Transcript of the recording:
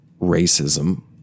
racism